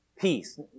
peace